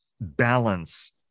balance